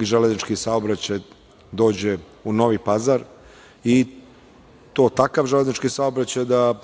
železnički saobraćaj dođe u Novi Pazar, i to takav železnički saobraćaj da